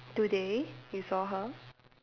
today you saw her